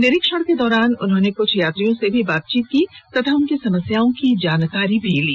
निरीक्षण के दौरान उन्होंने कुछ यात्रियों से भी बातचीत की तथा उनकी समस्याओं की जानकारी भी ली